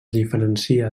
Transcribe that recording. diferencia